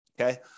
Okay